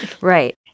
Right